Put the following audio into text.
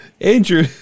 Andrew